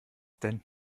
denn